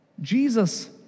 Jesus